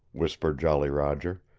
whispered jolly roger.